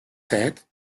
set